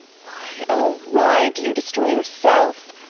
why, oh, why, do you destroy yourself?